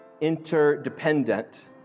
interdependent